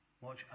watch